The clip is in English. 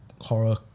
horror